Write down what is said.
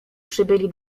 przybyli